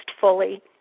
fully